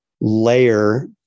layer